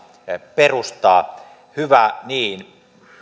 perustaa hyvä niin